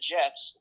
Jets